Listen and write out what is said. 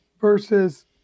versus